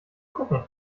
gucken